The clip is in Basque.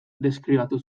deskribatu